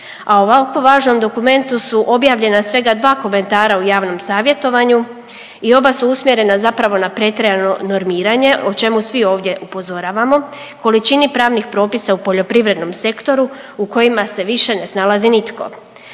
u ovako važnom dokumentu su objavljena svega 2 komentara u javnom savjetovanju i oba su usmjerena zapravo na pretjerano normiranje o čemu svi ovdje upozoravamo, količini pravnih propisa u poljoprivrednom sektoru u kojima se više ne snalazi nitko.